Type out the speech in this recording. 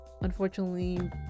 unfortunately